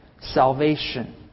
salvation